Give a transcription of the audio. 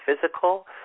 physical